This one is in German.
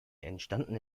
entstanden